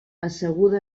asseguda